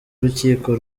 urukiko